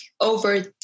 over